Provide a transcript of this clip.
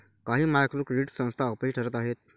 काही micro credit संस्था अपयशी ठरत आहेत